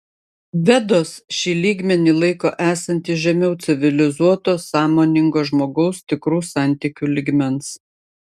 vedos šį lygmenį laiko esantį žemiau civilizuoto sąmoningo žmogaus tikrų santykių lygmens